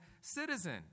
citizen